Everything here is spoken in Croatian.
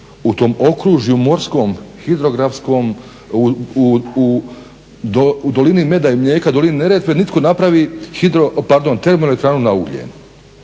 u tom okružju morskom hidrografskom u dolini meda i mlijeka u dolini Neretve nitko ne napravi termoelektranu na ugljen.